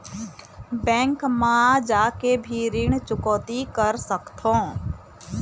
Bank मा जाके भी ऋण चुकौती कर सकथों?